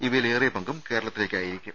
ഇവയിൽ ഏറിയ പങ്കും കേരളത്തിലേക്കായിരിക്കും